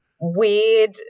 Weird